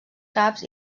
caps